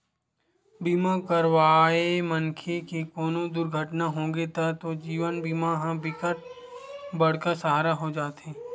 बीमा करवाए मनखे के कोनो दुरघटना होगे तब तो जीवन बीमा ह बिकट बड़का सहारा हो जाते